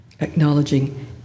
acknowledging